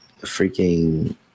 Freaking